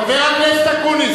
חבר הכנסת אקוניס,